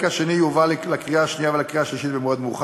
או מחר,